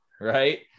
right